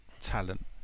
talent